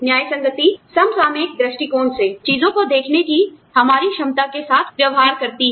न्याय संगति समसामयिक दृष्टिकोण से चीजों को देखने की हमारी क्षमता के साथ व्यवहार करती है